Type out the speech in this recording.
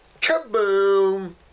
kaboom